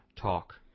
talk